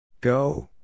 Go